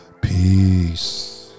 Peace